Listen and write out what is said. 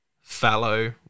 fallow